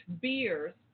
beers